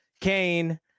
Kane